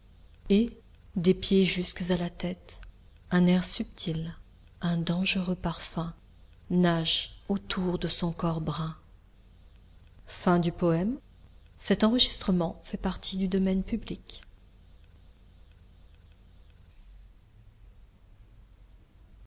et des pieds jusques à la tête un air subtil un dangereux parfum nagent autour de son corps brun